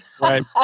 Right